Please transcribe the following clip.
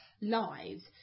lives